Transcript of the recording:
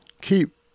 keep